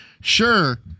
Sure